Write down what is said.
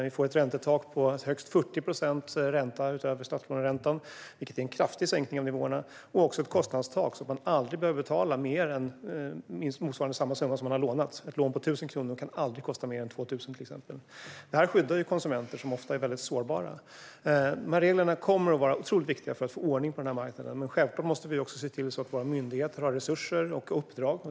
Vi får ett räntetak på högst 40 procents ränta utöver statslåneräntan, vilket är en kraftig sänkning av nivåerna, och också ett kostnadstak så att man aldrig behöver betala mer än motsvarande samma summa som man har lånat. Ett lån på 1 000 kronor kan till exempel aldrig kosta mer än 2 000 kronor. Det skyddar konsumenter, som ofta är väldigt sårbara. Reglerna kommer att vara otroligt viktiga för att få ordning på marknaden. Men självklart måste vi också se till att våra myndigheter har resurser och uppdrag.